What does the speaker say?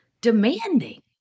demanding